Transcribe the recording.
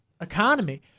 economy